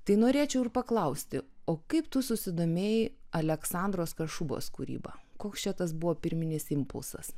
tai norėčiau ir paklausti o kaip tu susidomėjai aleksandros kašubos kūryba koks čia tas buvo pirminis impulsas